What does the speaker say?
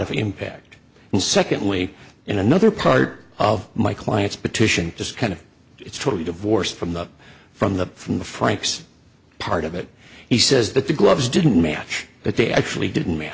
of impact and secondly in another part of my client's petition just kind of it's totally divorced from the from the from the franks part of it he says that the gloves didn't match that they actually didn't ma